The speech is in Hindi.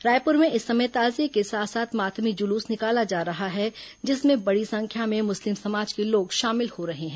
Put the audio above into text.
रायपुर में इस समय ताजिए के साथ साथ मातमी जुलूस निकाला जा रहा है जिसमें बड़ी संख्या में मुस्लिम समाज के लोग शामिल हो रहे हैं